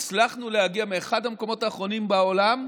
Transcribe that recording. הצלחנו להגיע מאחד המקומות האחרונים בעולם,